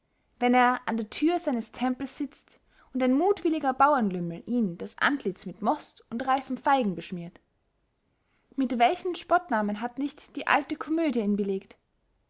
wenn er an der thür seines tempels sitzt und ein muthwilliger bauernlümmel ihm das antlitz mit most und reifen feigen beschmiert mit welchen spottnamen hat nicht die alte komödie ihn belegt